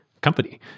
company